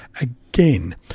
again